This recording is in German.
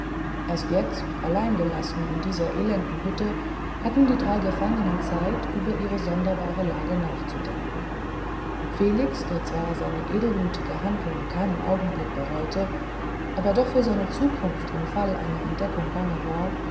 erst allein gelassen in dieser elenden hütte hatten die drei gefangenen zeit über ihre sonderbare lage nachzudenken felix der zwar seine edelmütige handlung keinen augenblick bereute aber doch für seine zukunft im fall einer entdeckung bange war